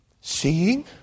Seeing